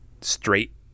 straight